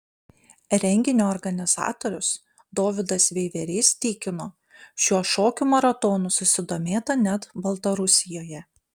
renginio organizatorius dovydas veiverys tikino šiuo šokių maratonų susidomėta net baltarusijoje